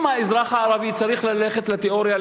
אם האזרח הערבי צריך להיבחן בתיאוריה,